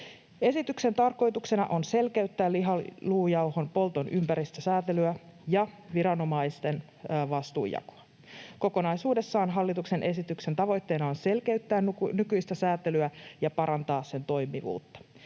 Esityksen tarkoituksena on selkeyttää liha-luujauhon polton ympäristösäätelyä ja viranomaisten vastuunjakoa. Kokonaisuudessaan hallituksen esityksen tavoitteena on selkeyttää nykyistä säätelyä ja parantaa sen toimivuutta.